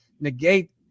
negate